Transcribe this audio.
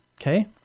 okay